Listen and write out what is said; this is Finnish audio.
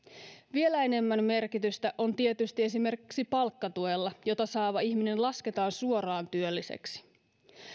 vielä enemmän merkitystä on tietysti esimerkiksi palkkatuella jota saava ihminen lasketaan suoraan työlliseksi